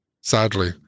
Sadly